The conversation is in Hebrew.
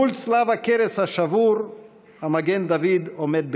מול צלב הקרס השבור המגן דוד עומד בגאון,